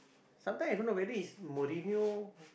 sometime I don't know whether is Mourinho